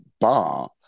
bar